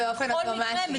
אבל בכל מקרה,